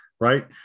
right